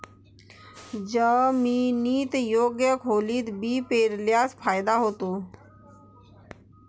जमिनीत योग्य खोलीत बी पेरल्यास फायदा होतो